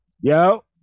yo